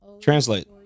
Translate